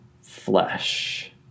flesh